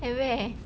at where